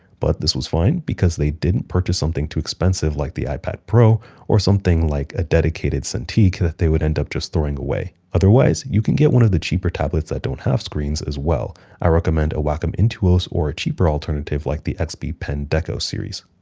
but this was fine because they didn't purchase something too expensive like the ipad pro or something like a dedicated cintiq that they would end up just throwing away. otherwise, you can get one of the cheaper tablets that don't have screens as well. i recommend a wacom intuos or a cheaper alternative like the xp-pen deco series.